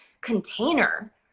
container